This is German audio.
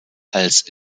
als